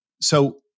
So-